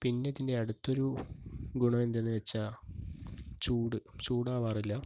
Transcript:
പിന്നെ ഇതിൻ്റെ അടുത്തൊരു ഗുണം എന്തെന്ന് വെച്ചാൽ ചൂട് ചൂടാവാറില്ല